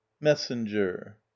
Messenger